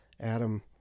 Adam